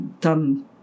done